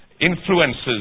influences